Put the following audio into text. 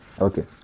Okay